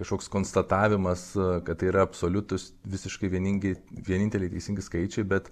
kažkoks konstatavimas kad tai yra absoliutūs visiškai vieningi vieninteliai teisingi skaičiai bet